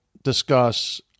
Discuss